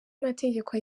mategeko